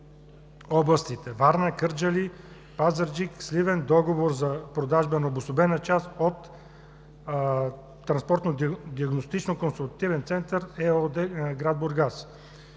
областите Варна, Кърджали, Пазарджик, Сливен, договор за продажба на обособена част от „Транспортен диагностично-консултативен център“ ЕООД – град Бургас.